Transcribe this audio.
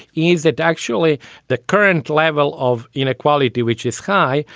is that actually the current level of inequality, which is high,